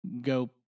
go